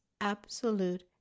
absolute